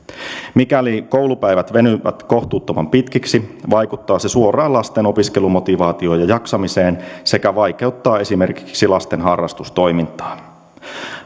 mikäli koulupäivät venyvät kohtuuttoman pitkiksi vaikuttaa se suoraan lasten opiskelumotivaatioon ja jaksamiseen sekä vaikeuttaa esimerkiksi lasten harrastustoimintaa